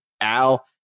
Al